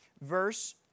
verse